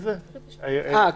חדש אולי אפילו,